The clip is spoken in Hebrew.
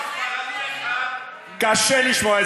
אתה לא מקבל את בת המשפחה שלי, יא גזען שכמוך.